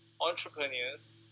entrepreneurs